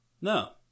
No